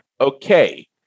okay